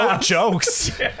jokes